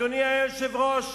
אדוני היושב-ראש,